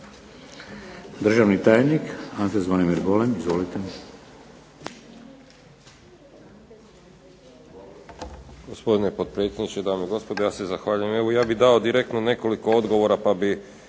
Državni tajnik, Ante Zvonimir Golem. Izvolite.